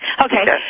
Okay